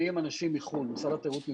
משרד התיירות,